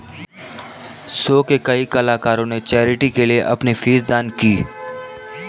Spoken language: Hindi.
शो के कई कलाकारों ने चैरिटी के लिए अपनी फीस दान की